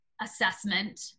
assessment